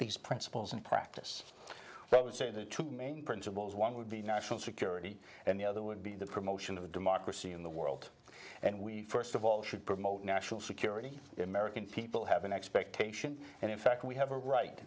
these principles and practice what i would say the two main principles one would be national security and the other would be the promotion of democracy in the world and we first of all should promote national security in american people have an expectation and in fact we have a right